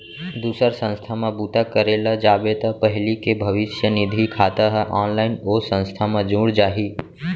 दूसर संस्था म बूता करे ल जाबे त पहिली के भविस्य निधि खाता ह ऑनलाइन ओ संस्था म जुड़ जाही